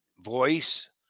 voice